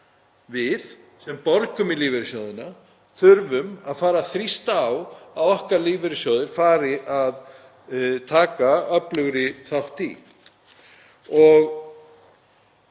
við sem borgum í lífeyrissjóðina þurfum að fara að þrýsta á að okkar lífeyrissjóðir fari að taka öflugri þátt í.